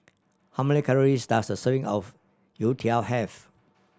how many calories does a serving of youtiao have